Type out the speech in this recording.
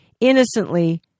innocently